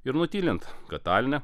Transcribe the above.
ir nutylint kad taline